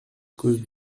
cause